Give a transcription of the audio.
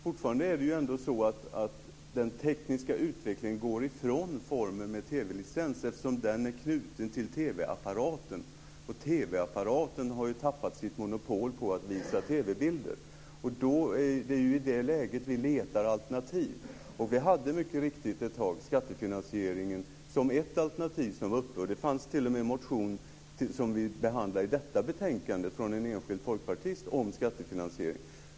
Fortfarande är det så att den tekniska utvecklingen går ifrån formen med TV-licens eftersom den är knuten till TV-apparaten, och TV-apparaten har tappat sitt monopol på att visa TV-bilder. I det läget letar vi alternativ. Vi hade mycket riktigt ett tag skattefinansieringen som ett alternativ. Det fanns t.o.m. en motion om skattefinansiering från en enskild folkpartist som behandlas i detta betänkande.